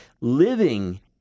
living